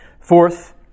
Fourth